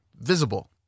visible